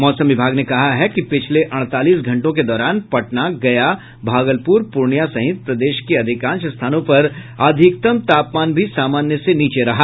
मौसम विभाग ने कहा है कि पिछले अड़तालीस घंटों के दौरान पटना गया भागलपुर पूर्णियां सहित प्रदेश के अधिकांश स्थानों पर अधिकतम तापमान भी सामान्य से नीचे रहा